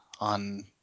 on